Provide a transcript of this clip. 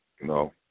No